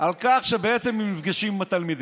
על כך שבעצם הם נפגשים עם התלמידים,